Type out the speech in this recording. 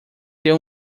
ter